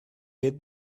get